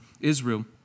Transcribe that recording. Israel